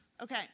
Okay